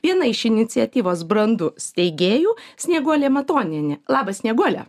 viena iš iniciatyvos brandu steigėjų snieguolė matonienė labas snieguolė